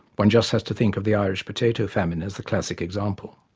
one just has to think of the irish potato famine as the classic example.